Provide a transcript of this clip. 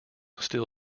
still